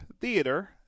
Theater